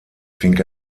fing